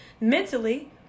mentally